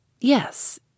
Yes